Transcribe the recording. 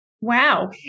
Wow